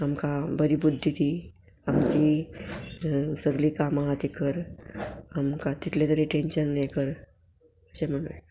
आमकां बरी बुद्धी दी आमची सगळीं कामां आहा ती कर आमकां तितलें तरी टेंशन ये कर अशें म्हणून